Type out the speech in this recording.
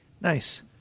Nice